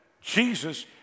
Jesus